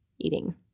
eating